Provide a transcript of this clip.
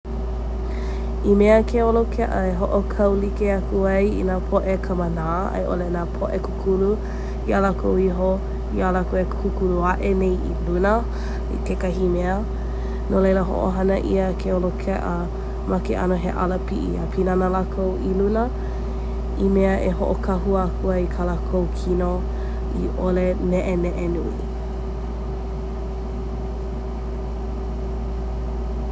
I mea ke olokeʻa e hoʻokaulike aku ai i nā poʻe kamanā a i ʻole nā poʻe kūkulu iā lākou iho, iā lākou e kūkulu aʻe nei i luna, i kekahi mea. No laila hoʻohana ʻia ke olokeʻa ma ke ʻano he alapiʻi a pīnana lākou i luna i mea e hoʻokāhua aku ai i ko lākou kino i ʻole neʻeneʻe nui.